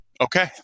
okay